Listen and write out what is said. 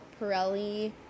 Pirelli